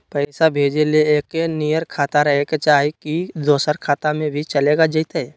पैसा भेजे ले एके नियर खाता रहे के चाही की दोसर खाता में भी चलेगा जयते?